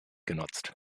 genutzt